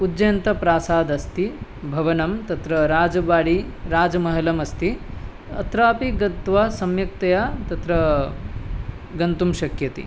उज्जन्तप्रासादः अस्ति भवनं तत्र राजबाडि राजमहलमस्ति अत्रापि गत्वा सम्यक्तया तत्र गन्तुं शक्यते